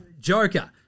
Joker